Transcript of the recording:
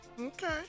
Okay